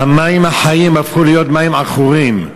המים החיים הפכו להיות מים עכורים.